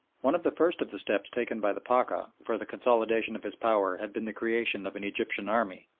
one of the first of the steps taken by the pacha for the consolidation of his power had been the creation of an egyptian army.